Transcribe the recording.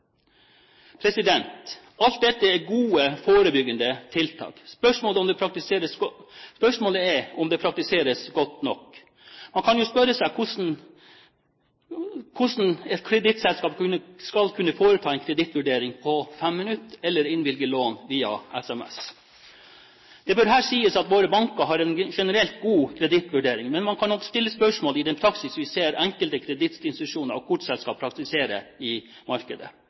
Alt dette er gode, forebyggende tiltak – spørsmålet er om det praktiseres godt nok. Man kan jo spørre seg hvordan et kredittselskap skal kunne foreta en kredittvurdering på «5 minutter» eller innvilge lån via sms. Det bør her sies at våre banker har en generelt god kredittvurdering, men man kan nok stille spørsmål ved det vi ser enkelte kredittinstitusjoner og kortselskaper praktiserer i markedet.